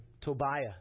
Tobiah